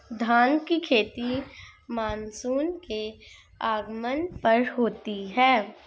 धान की खेती मानसून के आगमन पर होती है